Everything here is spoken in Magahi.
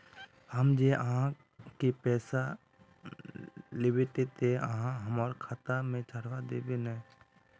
हम जे आहाँ के पैसा लौटैबे ते आहाँ हमरा खाता में चढ़ा देबे नय?